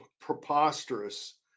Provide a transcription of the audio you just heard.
preposterous